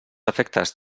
efectes